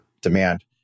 demand